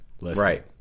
Right